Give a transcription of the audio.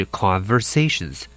conversations